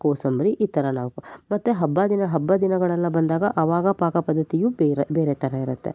ಕೋಸಂಬರಿ ಈ ಥರ ನಾವು ಮತ್ತು ಹಬ್ಬದಿನ ಹಬ್ಬದಿನಗಳೆಲ್ಲ ಬಂದಾಗ ಅವಾಗ ಪಾಕಪದ್ಧತಿಯು ಬೇರೆ ಬೇರೆ ಥರ ಇರುತ್ತೆ